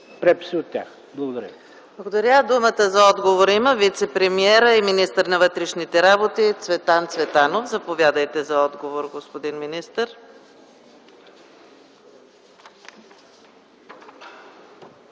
преписи от тях. Благодаря